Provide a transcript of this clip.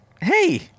Hey